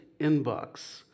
inbox